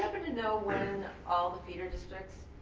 to know when all the feeder districts,